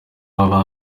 aba